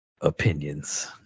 opinions